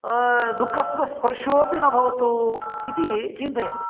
दुःखस्य स्पर्शोपि न भवतु इति चिन्तयन्ति